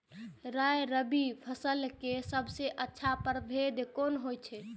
राय रबि फसल के सबसे अच्छा परभेद कोन होयत अछि?